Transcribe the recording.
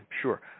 Sure